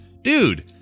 dude